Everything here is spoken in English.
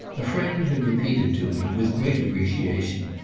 a friend had repeated to me, with great appreciation,